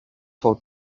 for